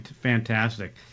fantastic